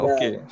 Okay